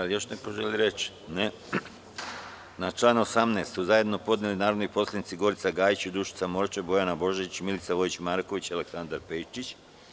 Da li još neko želi reč? (Ne) Na član 18. amandman su zajedno podneli narodni poslanici Gorica Gajić, Dušica Morčev, Bojana Božanić, Milica Vojić Marković i Aleksandar Pejčić.